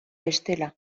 bestela